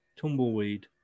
Tumbleweed